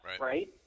Right